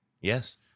Yes